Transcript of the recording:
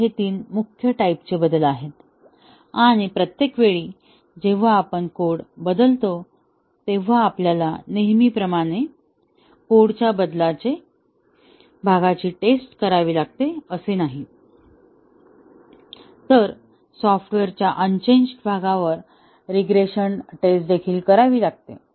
तर हे 3 मुख्य टाईपचे बदल आहेत आणि प्रत्येक वेळी जेव्हा आपण कोड बदलतो तेव्हा आपल्याला नेहमीप्रमाणे कोडच्या बदललेल्या भागाचीच टेस्ट करावी लागते असे नाही तर सॉफ्टवेअरच्या अनचेंज्ड भागावर रीग्रेशन टेस्ट देखील करावी लागते